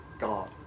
God